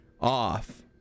off